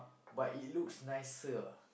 but it looks nicer lah